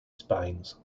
spines